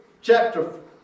chapter